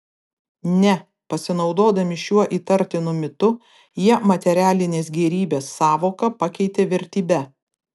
ne pasinaudodami šiuo įtartinu mitu jie materialinės gėrybės sąvoką pakeitė vertybe